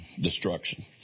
destruction